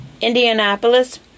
Indianapolis